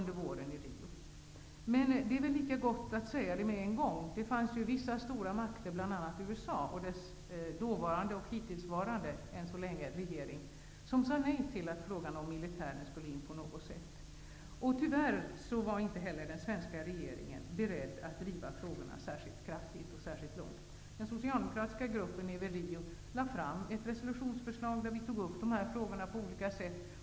Det är väl lika gott att nu få sagt att det fanns vissa stora makter, bl.a. USA och dess dåvarande och hittillsvarande regering, som sade nej till förslaget att militären på något sätt skulle omfattas. Tyvärr var heller inte den svenska regeringen beredd att driva frågorna särskilt kraftfullt. Vi i den socialdemokratiska gruppen i Rio presenterade ett resolutionsförslag, i vilket dessa frågor togs upp på olika sätt.